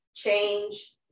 change